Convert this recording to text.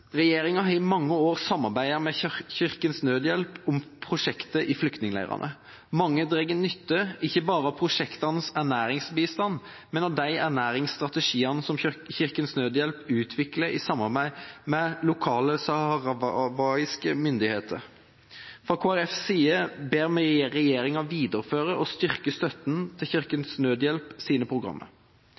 Regjeringa har i mange år samarbeidet med Kirkens Nødhjelp om prosjekter i flyktningleirene. Mange drar nytte ikke bare av prosjektenes ernæringsbistand, men av de ernæringsstrategiene som Kirkens Nødhjelp utvikler i samarbeid med lokale saharawiske myndigheter. Fra Kristelig Folkepartis side ber vi regjeringa videreføre og styrke støtten til Kirkens Nødhjelps programmer.